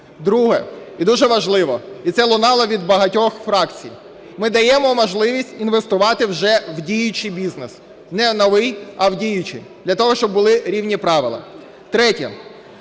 Друге і дуже важливе, і це лунало від багатьох фракцій. Ми даємо можливість інвестувати вже в діючий бізнес, не в новий, а в діючий, для того щоб були рівні правила.